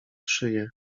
szyję